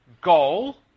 goal